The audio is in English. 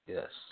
Yes